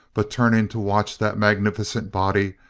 but turning to watch that magnificent body,